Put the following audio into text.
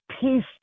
peace